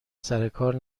سرکار